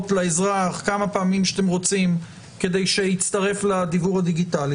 לאזרח כמה פעמים שאתם רוצים כדי שהצטרף לדיוור הדיגיטלי.